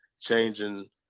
changing